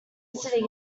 city